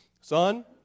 Son